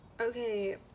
okay